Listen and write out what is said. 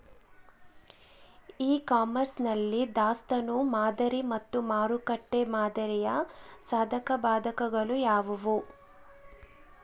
E commerce ನಲ್ಲಿ ದಾಸ್ತನು ಮಾದರಿ ಮತ್ತು ಮಾರುಕಟ್ಟೆ ಮಾದರಿಯ ಸಾಧಕಬಾಧಕಗಳು ಯಾವುವು?